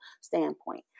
standpoint